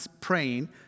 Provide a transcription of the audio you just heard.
praying